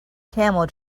camel